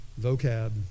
vocab